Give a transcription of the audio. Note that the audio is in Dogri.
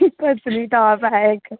पत्नीटाप ऐ इक